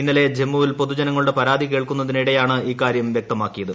ഇന്നലെ ജമ്മുവിൽ പൊതുജനങ്ങളുടെ പരാതി കേൾക്കുന്നതിനിടെയാണ് ഇക്കാര്യം വ്യക്തമാക്കിയത്